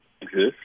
exist